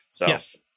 Yes